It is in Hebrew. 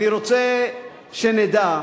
אני רוצה שנדע,